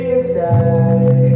inside